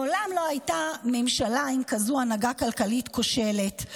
מעולם לא הייתה ממשלה עם כזו הנהגה כלכלית כושלת.